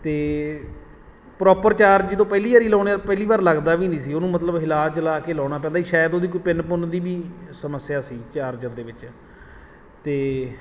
ਅਤੇ proper charge ਜਦੋਂ ਪਹਿਲੀ ਵਾਰੀ ਲਾਉਂਦੇ ਤਾਂ ਪਹਿਲੀ ਵਾਰ ਲੱਗਦਾ ਵੀ ਨਹੀਂ ਸੀ ਉਹਨੂੰ ਮਤਲਬ ਹਿਲਾ ਜੁਲਾ ਕੇ ਲਾਉਣਾ ਪੈਂਦਾ ਸੀ ਸ਼ਾਇਦ ਉਹਦੀ ਕੋਈ ਪਿੰਨ ਪੁੰਨ ਦੀ ਵੀ ਸਮੱਸਿਆ ਸੀ ਚਾਰਜਰ ਦੇ ਵਿੱਚ ਅਤੇ